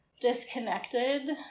disconnected